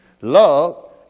Love